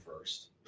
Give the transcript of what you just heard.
first